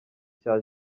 cya